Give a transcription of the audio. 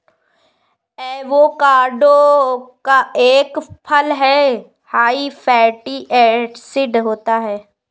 avocado एक फल हैं हाई फैटी एसिड होता है